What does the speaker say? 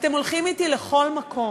אתם הולכים אתי לכל מקום.